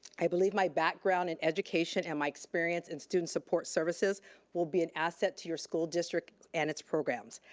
i believe my background in education and my experience in student support services will be an asset to your school district and its programs.